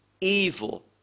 evil